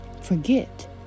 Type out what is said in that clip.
forget